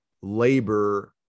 labor